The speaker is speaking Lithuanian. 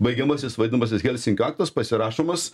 baigiamasis vadinamasis helsinkio aktas pasirašomas